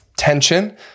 tension